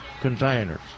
containers